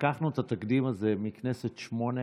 לקחנו את התקדים הזה מהכנסת השמונה-עשרה,